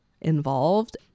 involved